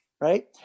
right